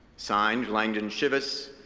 signed langdon cheves,